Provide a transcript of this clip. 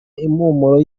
impumuro